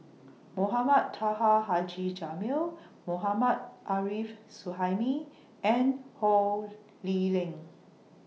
Mohamed Taha Haji Jamil Mohammad Arif Suhaimi and Ho Lee Ling